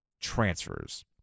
transfers